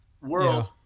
world